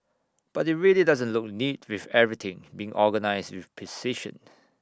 but IT really doesn't look neat with everything being organised with precision